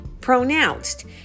pronounced